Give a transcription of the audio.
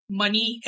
money